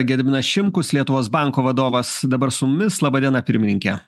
gediminas šimkus lietuvos banko vadovas dabar su mumis laba diena pirmininke